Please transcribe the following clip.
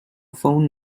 phone